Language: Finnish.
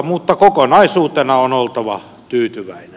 mutta kokonaisuutena on oltava tyytyväinen